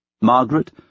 Margaret